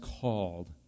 called